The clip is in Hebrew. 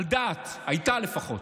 הייתה לפחות,